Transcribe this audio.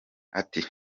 ati